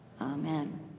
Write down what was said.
Amen